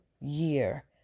year